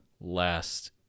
last